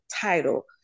title